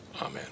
amen